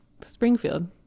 springfield